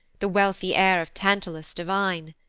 the wealthy heir of tantalus divine,